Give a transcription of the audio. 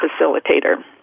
facilitator